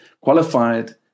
qualified